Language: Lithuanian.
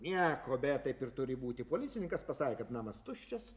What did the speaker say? nieko bet taip ir turi būti policininkas pasakė kad namas tuščias